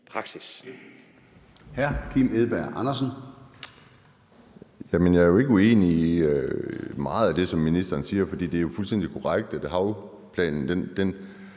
Jeg er jo ikke uenig i meget af det, som ministeren siger. For det er jo fuldstændig korrekt, at havplanen